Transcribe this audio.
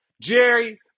Jerry